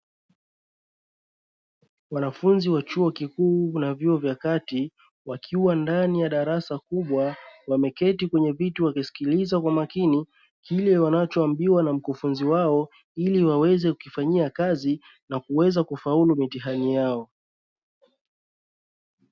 Wanafunzi wa chuo kikuu na vyuo vya kati wakiwa ndani ya darasa kubwa, wameketi kwenye viti wakisikiliza kwa makini kile wanachoambiwa na mkufunzi wao ili waweze kukifanyia kazi na kuweza kufaulu mitihani yao.